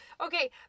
Okay